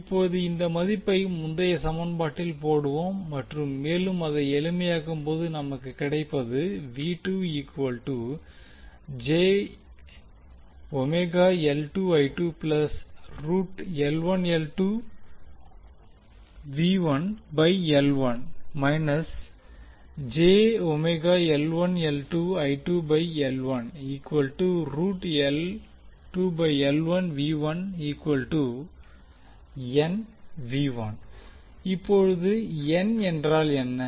இப்போது இந்த மதிப்பை முந்தய சமன்பாட்டில் போடுவோம் மற்றும் மேலும் அதை எளிமையாகும்போது நமக்கு கிடைப்பது இப்போது n என்றால் என்ன